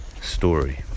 Story